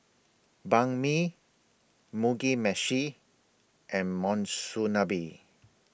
Banh MI Mugi Meshi and Monsunabe